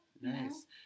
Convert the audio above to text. nice